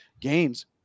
games